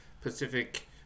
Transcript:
pacific